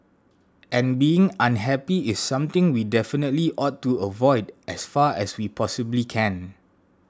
and being unhappy is something we definitely ought to avoid as far as we possibly can